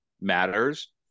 matters